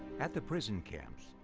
at the prison camps,